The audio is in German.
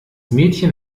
mädchen